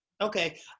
Okay